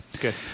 good